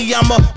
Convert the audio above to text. I'ma